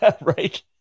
right